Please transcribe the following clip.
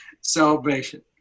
salvation